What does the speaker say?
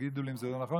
תגידו לי אם זה לא נכון,